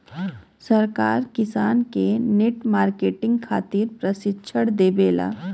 सरकार किसान के नेट मार्केटिंग खातिर प्रक्षिक्षण देबेले?